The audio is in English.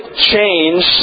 change